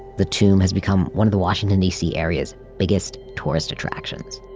the tomb has become one of the washington d c. area's biggest tourist attractions